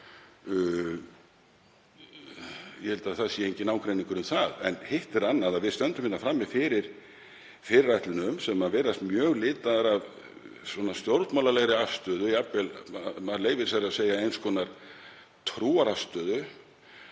ég held að það sé enginn ágreiningur um það. Hitt er annað að við stöndum frammi fyrir fyrirætlunum sem virðast mjög litaðar af stjórnmálalegri afstöðu, jafnvel, ef maður leyfir sér að segja eins konar trúarafstöðu,